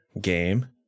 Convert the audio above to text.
game